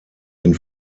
den